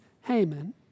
Haman